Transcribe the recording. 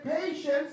patience